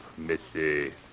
missy